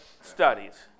studies